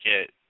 get